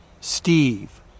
Steve